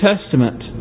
Testament